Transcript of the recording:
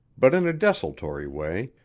but in a desultory way,